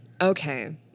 Okay